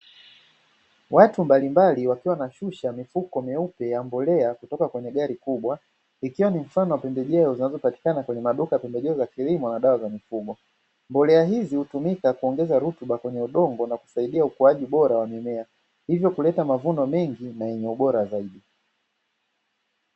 Watu mbalimbali, wakiwa wanashusha mifuko meupe ya mbolea kutoka kwenye gari kubwa ikiwa ni mfano wa pe kwenye udongo na kusaidia ukuaji bora wa mimea hivyo kuleta mavuno mengi na yenye ubora zaidi.